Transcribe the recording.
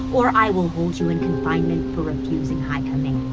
or i will hold you in confinement for refusing high command.